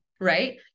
right